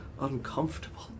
uncomfortable